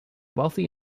wealthy